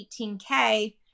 18K